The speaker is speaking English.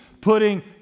putting